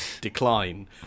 decline